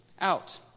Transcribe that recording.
out